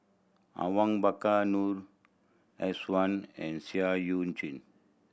Awang Bakar Noor S one and Seah Eu Chin